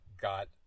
got